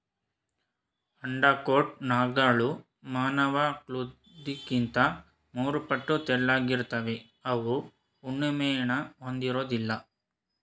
undercoat ನಾರ್ಗಳು ಮಾನವಕೂದ್ಲಿಗಿಂತ ಮೂರುಪಟ್ಟು ತೆಳ್ಳಗಿರ್ತವೆ ಅವು ಉಣ್ಣೆಮೇಣನ ಹೊಂದಿರೋದಿಲ್ಲ